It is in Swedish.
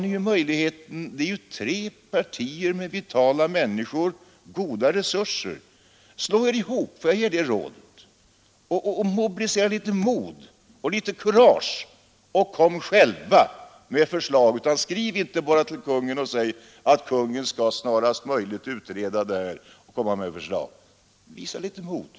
Ni är ju tre partier med vitala människor och goda resurser. Slå er ihop — får jag ge er det rådet? — och mobilisera litet mod och kurage och kom själva med förslag! Skriv inte bara till kungen och säg att kungen snarast möjligt skall utreda detta och lägga fram förslag! Visa litet mod!